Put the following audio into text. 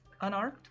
Unarmed